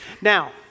Now